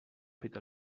fet